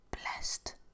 blessed